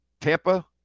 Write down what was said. Tampa